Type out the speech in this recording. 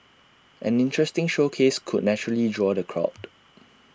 an interesting showcase could naturally draw the crowd